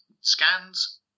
scans